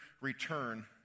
return